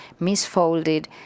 misfolded